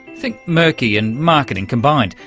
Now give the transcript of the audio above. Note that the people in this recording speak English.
think murky and marketing combined,